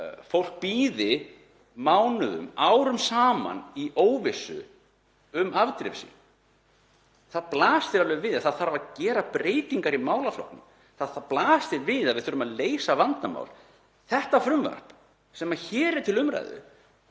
fólk bíði mánuðum og árum saman í óvissu um afdrif sín. Það blasir alveg við að það þarf að gera breytingar í málaflokknum. Það blasir við að við þurfum að leysa vandamál. Það frumvarp sem hér er til umræðu